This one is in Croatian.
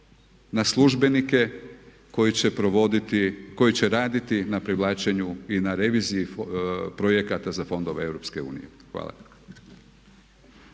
na službenike koji će raditi na privlačenju i na reviziji projekata za fondove EU. Hvala.